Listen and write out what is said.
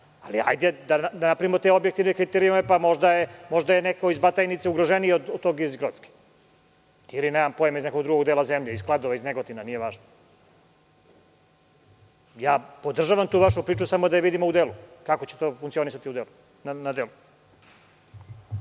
Ali, ajde da napravimo te objektivne kriterijume, pa možda je neko iz Batajnice ugroženiji od tog iz Grocke ili iz nekog drugog dela zemlje, iz Kladova, iz Negotina, nije važno. Podržavam tu vašu priču samo da je vidimo na delu. Kako će to funkcionisati na delu.